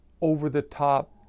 over-the-top